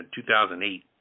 2008